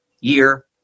year